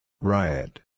Riot